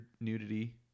nudity